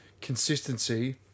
consistency